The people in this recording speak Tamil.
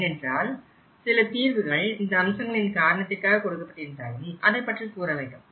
ஏனென்றால் சில தீர்வுகள் இந்த அம்சங்களின் காரணத்திற்காக கொடுக்கப்பட்டிருந்தாலும் அதைப் பற்றி கூற வேண்டும்